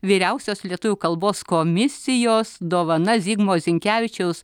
vyriausios lietuvių kalbos komisijos dovana zigmo zinkevičiaus